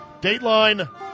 Dateline